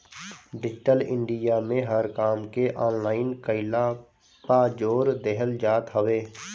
digital India में हर काम के ऑनलाइन कईला पअ जोर देहल जात हवे